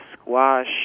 squash